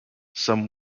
some